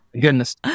Goodness